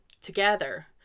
together